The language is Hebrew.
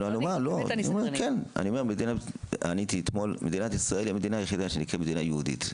היא המדינה היחידה שנקראת מדינה יהודית.